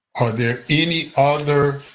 are there any other